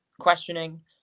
questioning